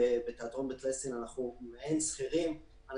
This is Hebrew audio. בתיאטרון בית ליסין אנחנו מעין שכירים אבל